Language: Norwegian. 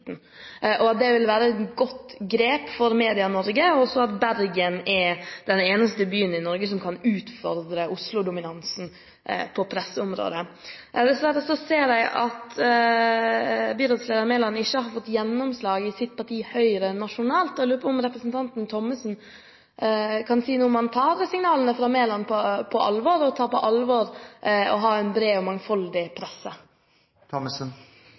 at det vil være et godt grep for Medie-Norge, og at Bergen er den eneste byen i Norge som kan utfordre Oslo-dominansen på presseområdet. Dessverre ser jeg at byrådsleder Mæland ikke har fått gjennomslag i sitt parti, Høyre, nasjonalt. Jeg lurer på om representant Thommessen kan si noe om han tar signalene fra Mæland på alvor, og tar på alvor det å ha en bred og mangfoldig